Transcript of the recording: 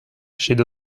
steht